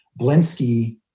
Blinsky